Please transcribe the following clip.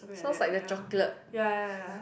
sounds like the chocolate